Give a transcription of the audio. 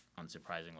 unsurprisingly